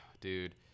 dude